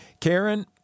Karen